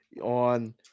on